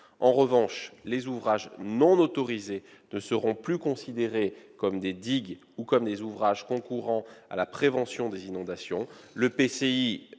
En revanche, les ouvrages non autorisés ne seront plus considérés comme des digues ou des ouvrages concourant à la prévention des inondations. L'EPCI